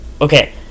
Okay